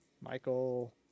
Michael